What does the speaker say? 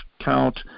count